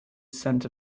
scent